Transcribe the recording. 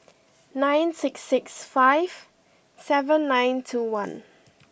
nine six six five seven nine two one